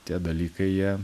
tie dalykai jie